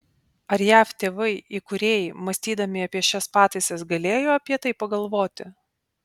ar jav tėvai įkūrėjai mąstydami apie šias pataisas galėjo apie tai pagalvoti